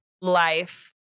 life